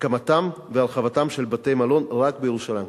הקמתם והרחבתם של בתי-מלון, רק בירושלים.